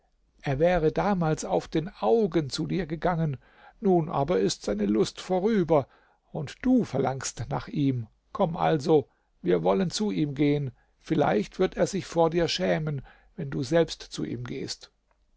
er wäre damals auf den augen zu dir gegangen nun aber ist seine lust vorüber und du verlangst nach ihm komm also wir wollen zu ihm gehen vielleicht wird er sich vor dir schämen wenn du selbst zu ihm gehst